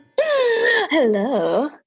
Hello